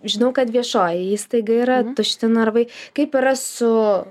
žinau kad viešoji įstaiga yra tušti narvai kaip yra su